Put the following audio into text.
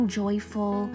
joyful